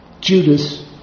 Judas